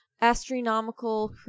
astronomical